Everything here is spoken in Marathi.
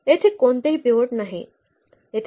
येथे कोणतेही पिव्होट नाही